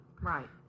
Right